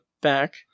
back